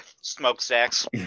Smokestacks